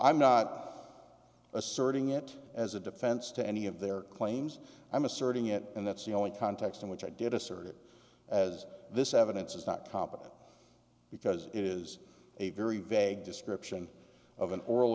i'm not asserting it as a defense to any of their claims i'm asserting it and that's the only context in which i did assert it as this evidence is not competent because it is a very vague description of an oral